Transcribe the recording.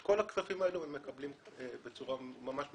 כל הכספים האלה הם מקבלים בצורה ממש מסודרת.